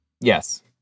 Yes